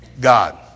God